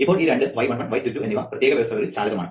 ഇപ്പോൾ ഈ രണ്ട് y11 y22 എന്നിവ പ്രത്യേക വ്യവസ്ഥകളിൽ ചാലകമാണ്